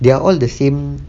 they're all the same